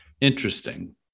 interesting